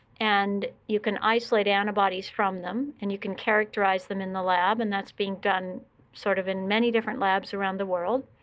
and you can isolate antibodies from them, and you can characterize them in the lab. and that's being done sort of in many different labs around the world.